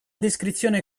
descrizione